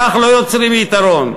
כך לא יוצרים יתרון.